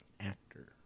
Actor